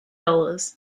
dollars